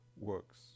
works